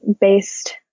based